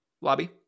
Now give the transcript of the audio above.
lobby